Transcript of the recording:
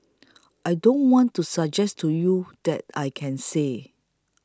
I don't want to suggest to you that I can say